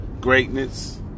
greatness